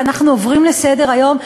ואנחנו עוברים לסדר-היום?